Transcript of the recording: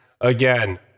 Again